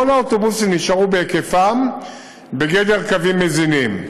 היקף כל האוטובוסים נשאר בגדר קווים מזינים.